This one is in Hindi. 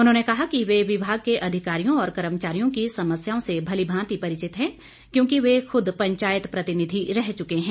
उन्होंने कहा कि वे विभाग के अधिकारियों व कर्मचारियों की समस्याओं से भलिभांति परिचित है क्योंकि वे खूद पंचायत प्रतिनिधि रह चुके हैं